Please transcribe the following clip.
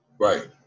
right